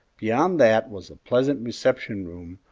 beyond that was a pleasant reception-room,